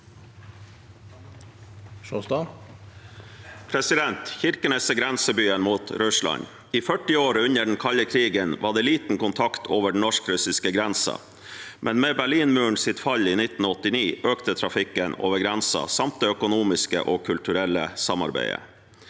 Kirkenes er grenseby- en mot Russland. I 40 år under den kalde krigen var det liten kontakt over den norsk-russiske grensen, men med Berlinmurens fall i 1989 økte trafikken over grensen samt det økonomiske og kulturelle samarbeidet.